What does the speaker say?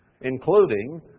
including